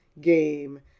game